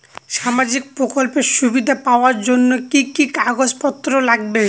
সামাজিক প্রকল্পের সুবিধা পাওয়ার জন্য কি কি কাগজ পত্র লাগবে?